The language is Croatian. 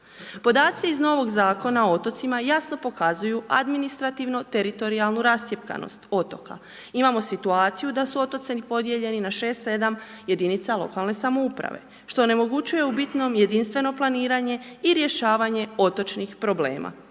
Podaci iz novog Zakona o otocima jasno pokazuju administrativno teritorijalnu rascjepkanost otoka. Imamo situaciju da su otoci podijeljeni na 6, 7 jedinica lokalne samouprave što onemogućuje u bitnom jedinstveno planiranje i rješavanje otočnih problema.